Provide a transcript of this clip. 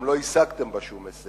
גם לא השגתם בו שום הישג,